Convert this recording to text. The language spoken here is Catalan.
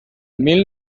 mil